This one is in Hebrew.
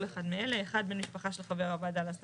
כל אחד מאלה: 1. בן משפחה של חבר הוועדה להסדרה.